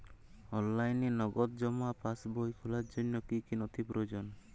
অনলাইনে নগদ জমা পাসবই খোলার জন্য কী কী নথি প্রয়োজন?